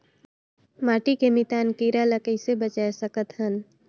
माटी के मितान कीरा ल कइसे बचाय सकत हन?